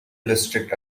district